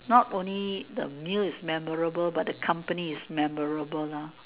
not only the meal is memorable but the company is memorable lor